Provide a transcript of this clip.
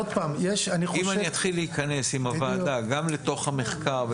אם אני אתחיל להיכנס עם הוועדה גם לתוך המחקר,